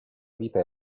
vita